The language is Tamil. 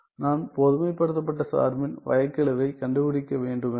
நான் பொதுமைப்படுத்தப்பட்ட சார்பின் வகைக்கெழுவைக் கண்டுபிடிக்க வேண்டும் என்றால்